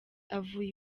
avuye